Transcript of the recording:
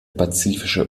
pazifische